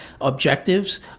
objectives